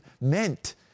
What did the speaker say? meant